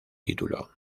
título